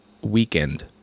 weekend